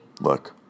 Look